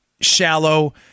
shallow